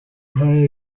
hari